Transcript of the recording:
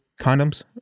condoms